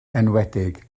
enwedig